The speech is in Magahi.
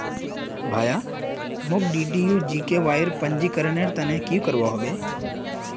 भाया, मोक डीडीयू जीकेवाईर पंजीकरनेर त न की करवा ह बे